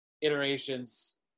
iterations